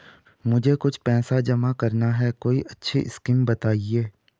मुझे कुछ पैसा जमा करना है कोई अच्छी स्कीम बताइये?